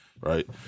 right